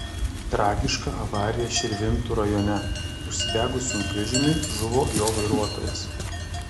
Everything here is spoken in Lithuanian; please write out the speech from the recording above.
tragiška avarija širvintų rajone užsidegus sunkvežimiui žuvo jo vairuotojas